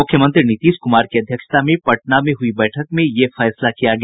मुख्यमंत्री नीतीश कुमार की अध्यक्षता में पटना में हुई बैठक में यह फैसला लिया गया